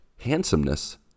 handsomeness